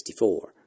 1964